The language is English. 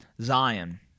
Zion